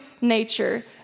nature